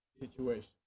situation